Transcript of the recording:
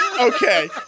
okay